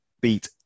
beat